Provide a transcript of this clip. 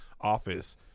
office